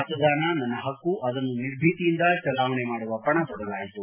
ಮತದಾನ ನನ್ನ ಪಕ್ಕು ಅದನ್ನು ನಿರ್ಭಿತಿಯಿಂದ ಚಲಾವಣೆ ಮಾಡುವ ಪಣ ತೊಡಲಾಯಿತು